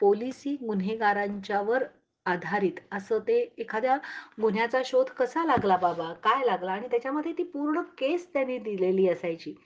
policy गुन्हेगारांच्यावर आधारित असं ते एखाद्या गुन्ह्याचा शोध कसा लागला बाबा काय लागला आणि त्याच्यामध्ये ती पूर्ण केस त्यांनी दिलेली असायची